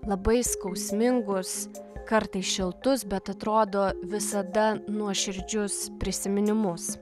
labai skausmingus kartais šiltus bet atrodo visada nuoširdžius prisiminimus